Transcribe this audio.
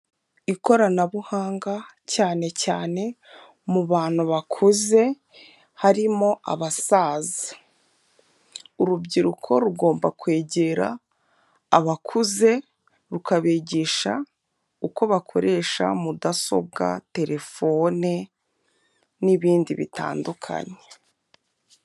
Ikoranabuhanga, cyane cyane mu bantu bakuze, harimo abasaza. Urubyiruko rugomba kwegera abakuze, rukabigisha uko bakoresha mudasobwa, telefone n'ibindi bitandukanye.